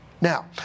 Now